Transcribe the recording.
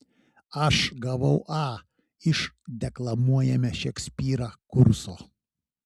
aš gavau a iš deklamuojame šekspyrą kurso